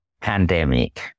pandemic